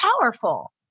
powerful